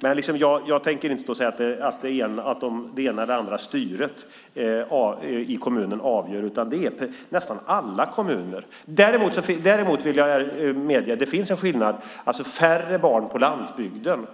Men jag tänker inte säga att det ena eller andra styret i kommunen avgör, utan det gäller nästan alla kommuner. Däremot vill jag medge att det finns en skillnad. Färre barn på landsbygden